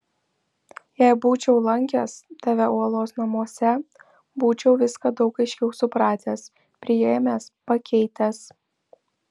jei būčiau lankęs tave uolos namuose būčiau viską daug aiškiau supratęs priėmęs pakeitęs